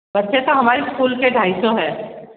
बच्चे तो हमारी इस्कूल के ढाई सौ है